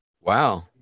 Wow